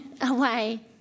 away